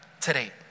today